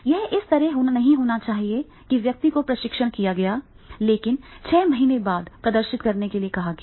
यह इस तरह नहीं होना चाहिए कि व्यक्ति को प्रशिक्षित किया गया है लेकिन छह महीने बाद प्रदर्शित करने के लिए कहा गया है